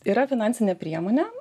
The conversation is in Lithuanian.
yra finansinė priemonė